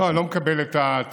אני לא מקבל את התיאור,